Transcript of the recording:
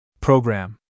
Program